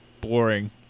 boring